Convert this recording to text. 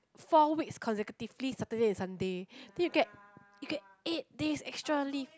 four weeks consecutively Saturday and Sunday then you get you get eight days extra leave